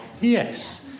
Yes